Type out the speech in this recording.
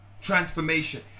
transformation